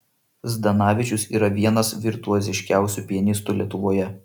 zdanavičius yra vienas virtuoziškiausių pianistų lietuvoje